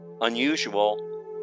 unusual